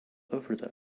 overdose